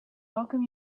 welcome